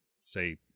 say